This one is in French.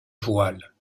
voile